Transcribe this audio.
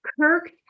Kirk